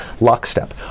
lockstep